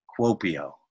Quopio